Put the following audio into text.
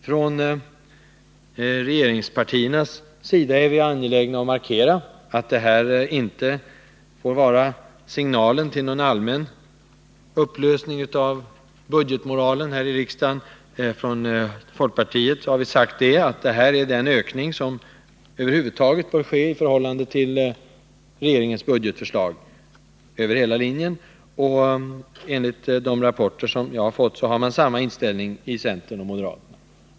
Från regeringspartiernas sida är vi angelägna om att markera, att det här inte får vara signalen till någon allmän upplösning av budgetmoralen i riksdagen. Från folkpartiet har vi sagt att detta är den ökning som över huvud taget bör ske i förhållande till regeringens budgetförslag. Enligt de rapporter som jag fått har centern och moderaterna samma inställning.